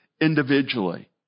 individually